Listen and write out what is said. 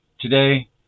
today